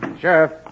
Sheriff